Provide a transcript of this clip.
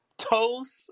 Toast